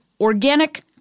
organic